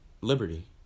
Liberty